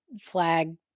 flag